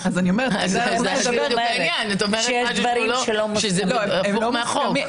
את אומרת דברים שהם הפוכים מהצעת החוק.